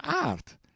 Art